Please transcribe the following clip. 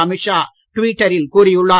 அமித்ஷா டுவிட்டரில் கூறியுள்ளார்